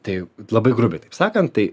tai labai grubiai taip sakant tai